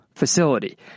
facility